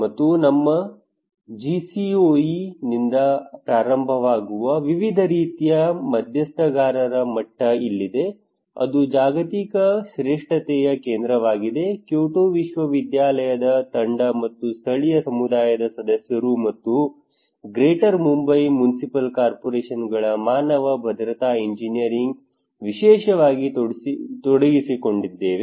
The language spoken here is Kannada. ಮತ್ತು ನಮ್ಮ GCOE ನಿಂದ ಪ್ರಾರಂಭವಾಗುವ ವಿವಿಧ ರೀತಿಯ ಮಧ್ಯಸ್ಥಗಾರರ ಮಟ್ಟ ಇಲ್ಲಿದೆ ಅದು ಜಾಗತಿಕ ಶ್ರೇಷ್ಠತೆಯ ಕೇಂದ್ರವಾಗಿದೆ ಕ್ಯೋಟೋ ವಿಶ್ವವಿದ್ಯಾಲಯದ ತಂಡ ಮತ್ತು ಸ್ಥಳೀಯ ಸಮುದಾಯದ ಸದಸ್ಯರು ಮತ್ತು ಗ್ರೇಟರ್ ಮುಂಬೈ ಮುನ್ಸಿಪಲ್ ಕಾರ್ಪೊರೇಶನ್ಗಳ ಮಾನವ ಭದ್ರತಾ ಎಂಜಿನಿಯರಿಂಗ್ ವಿಶೇಷವಾಗಿ ತೊಡಗಿಸಿಕೊಂಡಿದೆ